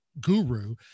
guru